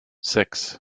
six